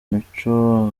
mico